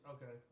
Okay